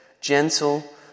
gentle